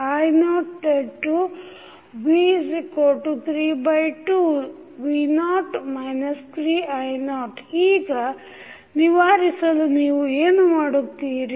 v0213vi0v32v0 3i0 ಈಗ ನಿವಾರಿಸಲು ನೀವು ಏನು ಮಾಡುತ್ತೀರಿ